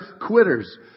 quitters